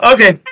Okay